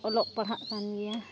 ᱚᱞᱚᱜ ᱯᱟᱲᱦᱟᱜ ᱠᱟᱱ ᱜᱮᱭᱟ